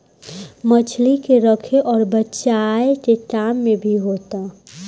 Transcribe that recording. मछली के रखे अउर बचाए के काम भी होता